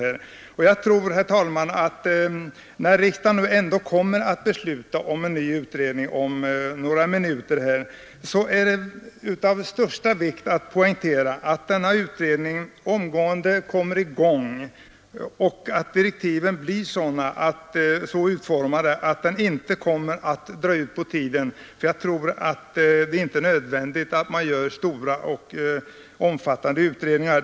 När riksdagen nu ändå om några minuter kommer att besluta om en ny utredning, är det av största vikt att poängtera att denna utredning omgående kommer i gång och att direktiven då blir så utformade att den inte kommer att dra ut på tiden. Jag tror inte att det är nödvändigt att man gör stora och omfattande utredningar.